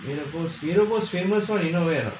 I'm a universe universe famous [one] you know where